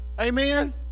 Amen